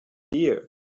here